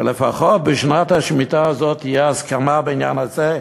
שלפחות בשנת השמיטה הזאת תהיה הסכמה בעניין הזה,